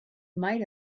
might